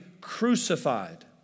crucified